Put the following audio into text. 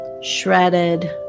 shredded